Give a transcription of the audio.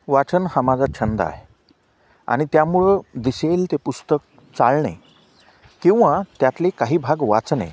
वाचन हा माझा छंद आहे आणि त्यामुळं दिसेल ते पुस्तक चाळणे किंवा त्यातले काही भाग वाचणे